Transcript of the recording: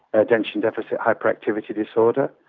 attention deficit hyperactivity disorder,